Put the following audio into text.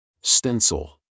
Stencil